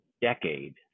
decade